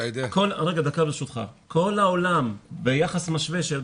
בדקנו בעולם ביחס משווה,